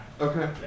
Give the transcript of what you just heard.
Okay